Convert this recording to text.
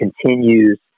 continues